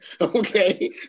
Okay